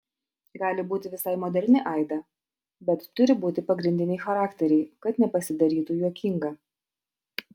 gali būti visai moderni aida bet turi būti pagrindiniai charakteriai kad nepasidarytų juokinga